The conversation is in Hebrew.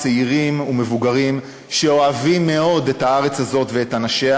צעירים ומבוגרים שאוהבים מאוד את הארץ הזאת ואת אנשיה